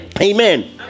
Amen